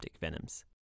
venoms